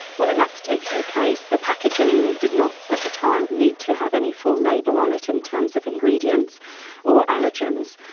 well in that particular case the packaging did not, at the time, need to have any full label on it in terms of ingredients or allergens.